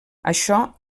això